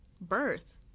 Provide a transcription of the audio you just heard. birth